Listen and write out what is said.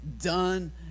done